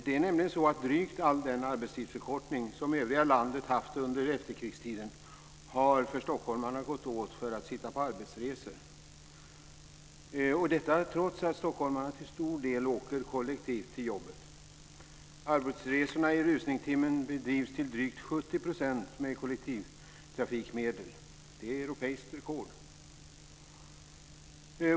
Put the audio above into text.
Det är nämligen så att drygt all den arbetstidsförkortning som övriga landet haft under efterkrigstiden har för stockholmarna gått åt för att sitta på arbetsresor, detta trots att stockholmarna till stor del åker kollektivt till jobbet. Arbetsresorna i rusningstiden bedrivs till drygt 70 % med kollektiva färdmedel. Det är europeiskt rekord.